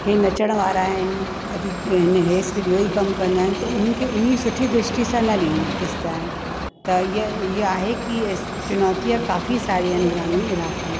हे नचण वारा आहिनि अॼु हिन हे सिर्फ़ु इहो ई कमु कंदा आहिनि त उन खे उन सुठी दृष्टि सां न ॾींदा ॾिसंदा आहिनि त इहा इहा आहे की चुनौतिया काफ़ी सारी आहिनि ग्रामीण इलाइक़नि में